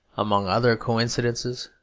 among other coincidences,